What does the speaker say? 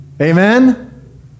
amen